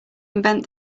invent